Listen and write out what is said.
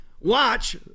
Watch